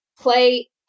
play